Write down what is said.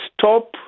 stop